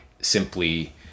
simply